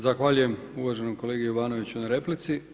Zahvaljujem uvaženom kolegi Jovanoviću na replici.